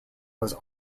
was